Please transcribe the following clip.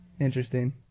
Interesting